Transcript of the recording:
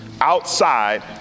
outside